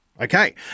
Okay